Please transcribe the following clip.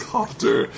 Copter